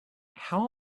how